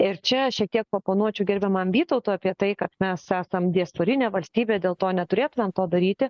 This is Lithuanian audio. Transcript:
ir čia šiek tiek paoponuočiau gerbiamam vytautui apie tai kad mes esam diasporinė valstybė dėl to neturėtumėm to daryti